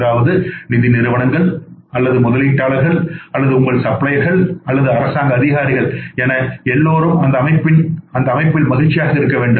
அதாவது நிதிநிறுவனங்கள் அல்லது முதலீட்டாளர்கள் அல்லது உங்கள் சப்ளையர்கள் அல்லதுஅரசாங்க அதிகாரிகள் என எல்லோரும் அந்த அமைப்பில் மகிழ்ச்சியாக இருக்க வேண்டும்